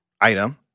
item